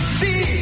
see